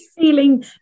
Feeling